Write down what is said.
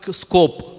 scope